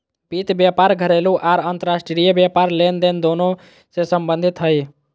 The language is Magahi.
वित्त व्यापार घरेलू आर अंतर्राष्ट्रीय व्यापार लेनदेन दोनों से संबंधित हइ